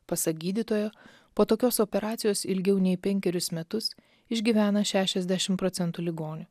pasak gydytojo po tokios operacijos ilgiau nei penkerius metus išgyvena šešiasdešim procentų ligonių